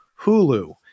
Hulu